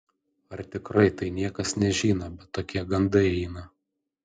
ar tikrai tai niekas nežino bet tokie gandai eina